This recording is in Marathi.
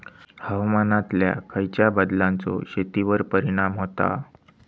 हवामानातल्या खयच्या बदलांचो शेतीवर परिणाम होता?